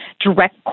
direct